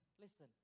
listen